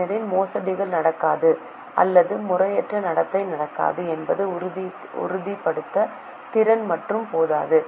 ஏனெனில் மோசடிகள் நடக்காது அல்லது முறையற்ற நடத்தை நடக்காது என்பதை உறுதிப்படுத்த திறன் மட்டும் போதாது